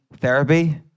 therapy